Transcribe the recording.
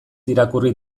irakurri